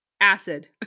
acid